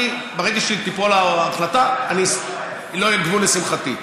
וברגע שתיפול ההחלטה לא יהיה גבול לשמחתי.